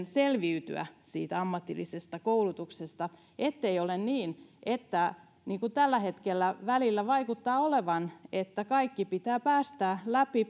selviytyä myöskin ammatillisesta koulutuksesta ettei ole niin niin kuin tällä hetkellä välillä vaikuttaa olevan että kaikki pitää päästää läpi